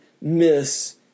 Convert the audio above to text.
miss